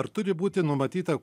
ar turi būti numatyta